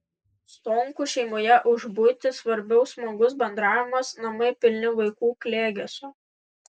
stonkų šeimoje už buitį svarbiau smagus bendravimas namai pilni vaikų klegesio